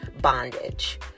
bondage